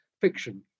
fiction